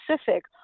specific